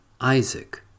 Isaac